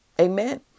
Amen